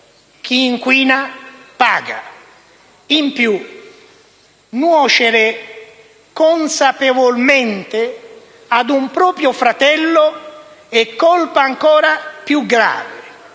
chi inquina paga. In più, nuocere consapevolmente a un proprio fratello è colpa ancora più grave